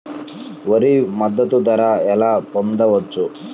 వరి మద్దతు ధర ఎలా పొందవచ్చు?